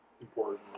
important